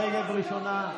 חברת הכנסת רגב, ראשונה.